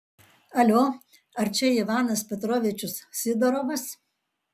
alio ar čia ivanas petrovičius sidorovas